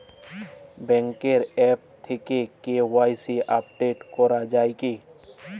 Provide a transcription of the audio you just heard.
ব্যাঙ্কের আ্যপ থেকে KYC update করা যায় কি?